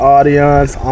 Audience